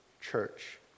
church